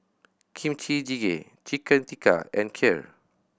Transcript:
Kimchi Jjigae Chicken Tikka and Kheer